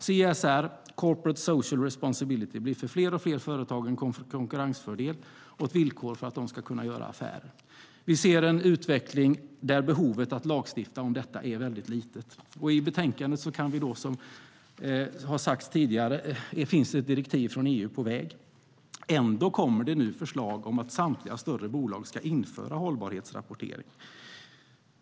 CSR, corporate social responsibility, blir för fler och fler företag en konkurrensfördel och ett villkor för att de ska kunna göra affärer. Vi ser en utveckling där behovet att lagstifta om detta är litet. I betänkandet står det, som har sagts tidigare, att ett direktiv från EU är på väg. Ändå kommer det nu förslag om att samtliga större bolag ska införa hållbarhetsrapportering.